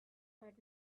heard